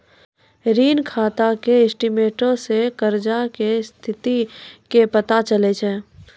ऋण खाता के स्टेटमेंटो से कर्जा के स्थिति के पता चलै छै